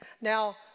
Now